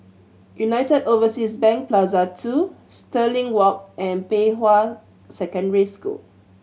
United Overseas Bank Plaza Two Stirling Walk and Pei Hwa Secondary School